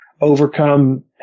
overcome